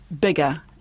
bigger